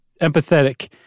empathetic